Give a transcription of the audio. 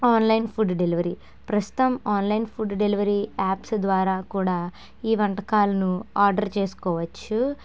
online food delivery ప్రస్తుతం online food delivery apps ద్వారా కూడా ఈ వంటకాలను ఆర్డర్ చేసుకోవచ్చు